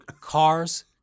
Cars